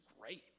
great